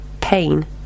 pain